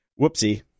Whoopsie